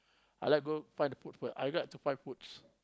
I like go find the food first I like to find foods